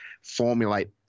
formulate